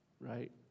right